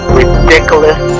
ridiculous